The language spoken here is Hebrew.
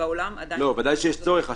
ובעולם עדיין --- ודאי שיש צורך,